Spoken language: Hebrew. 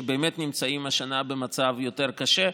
שבאמת נמצאים השנה במצב יותר קשה.